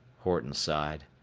horton sighed.